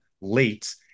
late